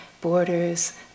borders